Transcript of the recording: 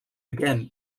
again